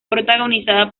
protagonizada